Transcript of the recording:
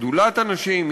שדולת הנשים,